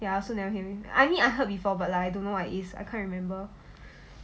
ya I also never hear I mean I heard before but like I don't know what is I can't remember